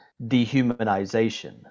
dehumanization